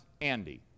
Andy